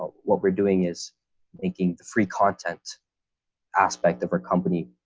what we're doing is making the free content aspect of our company.